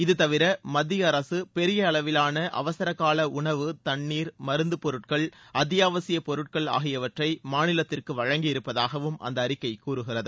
இது தவிர மத்திய அரசு பெரிய அளவிலான அவசரகால உணவு தண்ணீர் மருந்து பொருட்கள் அத்தியாவசியப் பொருட்கள் ஆகியவற்றை மாநிலத்திற்கு வழங்கியிருப்பதாகவும் அந்த அறிக்கை கூறுகிறது